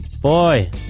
boy